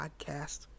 podcast